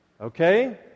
Okay